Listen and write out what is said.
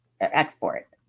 export